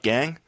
Gang